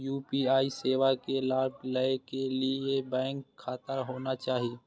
UPI सेवा के लाभ लै के लिए बैंक खाता होना चाहि?